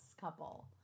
couple